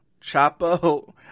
Chapo